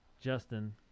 Justin